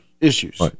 issues